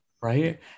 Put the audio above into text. right